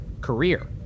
career